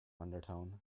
undertone